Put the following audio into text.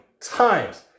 times